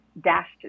dashed